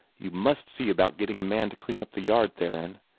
you must see about getting a man to clean up the yard, theron.